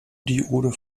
diode